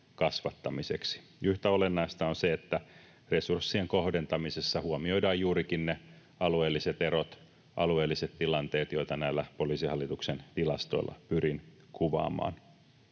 Yhtä olennaista on se, että resurssien kohdentamisessa huomioidaan juurikin ne alueelliset erot, alueelliset tilanteet, joita näillä Poliisihallituksen tilastoilla pyrin kuvaamaan.